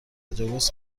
تجاوز